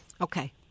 Okay